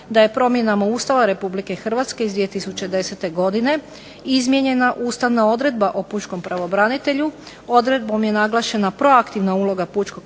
da je promjenama Ustava Republike Hrvatske 2010. godine izmijenjena ustavna odredba o Pučkom pravobranitelju. Odredbom je naglašena proaktivna uloga Pučkog